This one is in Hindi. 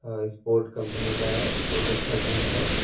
इसपोर्ट कंपनी का है बहुत अच्छा जींस है